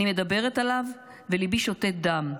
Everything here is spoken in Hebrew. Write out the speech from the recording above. אני מדברת עליו וליבי שותת דם,